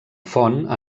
font